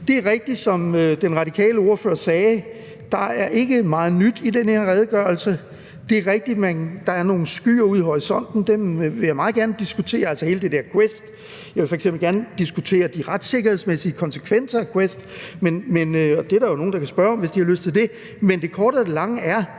Det er rigtigt, som den radikale ordfører sagde, at der ikke er meget nyt i den her redegørelse. Det er rigtigt, at der er nogle skyer ude i horisonten, det er noget, jeg meget gerne vil diskutere, altså hele det der om QUEST. Jeg vil f.eks. gerne diskutere de retssikkerhedsmæssige konsekvenser af QUEST, og det er der jo nogen der kan spørge om, hvis de har lyst til det. Men det korte af det lange er,